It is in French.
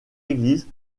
église